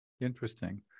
Interesting